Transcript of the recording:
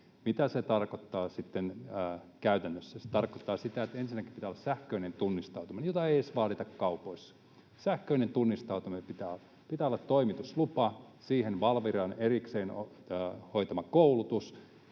Mitä se tarkoittaa sitten käytännössä? Se tarkoittaa sitä, että ensinnäkin pitää olla sähköinen tunnistautuminen, jota ei edes vaadita kaupoissa — sähköinen tunnistautuminen pitää olla —, pitää olla toimituslupa ja siihen Valviran erikseen hoitama koulutus